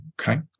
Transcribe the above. Okay